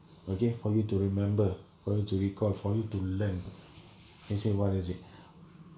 okay for you to remember for you to recall for you to learn he say what is it